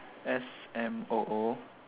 S M O O